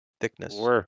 Thickness